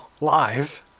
live